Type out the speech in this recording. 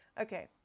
okay